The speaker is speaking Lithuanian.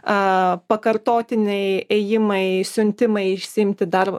a pakartotiniai ėjimai siuntimai išsiimti darbo